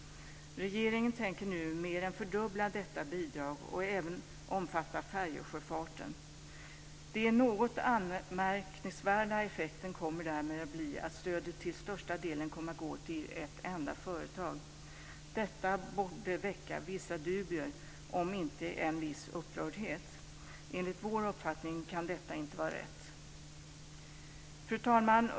Regeringen tänker nu mer än fördubbla detta bidrag och även låta det omfatta färjesjöfarten. Den något anmärkningsvärda effekten kommer därmed att bli att stödet till största delen kommer att gå till ett enda företag. Detta borde väcka vissa dubier, om inte en viss upprördhet. Enligt vår uppfattning kan detta inte vara rätt. Fru talman!